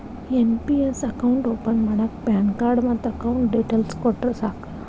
NPS account open ಮಾಡಾಕ PAN card ಮತ್ತ account details ಕೊಟ್ರ ಸಾಕ